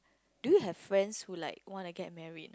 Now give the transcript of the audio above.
do you have friends who like wanna get married